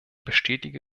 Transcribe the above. bestätige